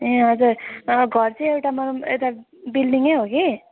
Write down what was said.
ए हजुर घर चाहिँ एउटा मतलब एउटा बिल्डिङै हो कि